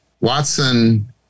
Watson